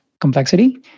complexity